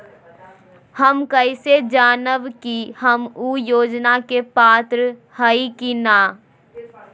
हम कैसे जानब की हम ऊ योजना के पात्र हई की न?